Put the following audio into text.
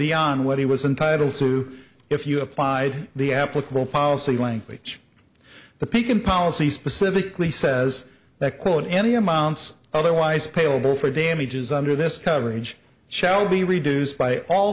beyond what he was entitled to if you applied the applicable policy language the pekin policy specifically says that quote any amounts otherwise tailbone for damages under this coverage shall be reduced by all